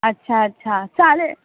अच्छा अच्छा चालेल